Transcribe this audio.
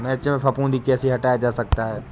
मिर्च में फफूंदी कैसे हटाया जा सकता है?